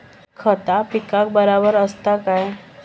खता पिकाक बराबर आसत काय?